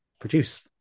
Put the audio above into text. produce